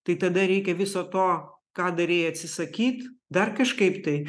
tai tada reikia viso to ką darei atsisakyt dar kažkaip tai